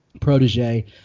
protege